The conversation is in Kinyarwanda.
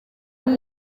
muri